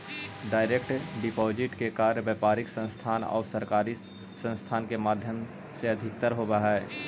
direct deposit के कार्य व्यापारिक संस्थान आउ सरकारी संस्थान के माध्यम से अधिकतर होवऽ हइ